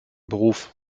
beruf